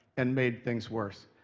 and made things worse.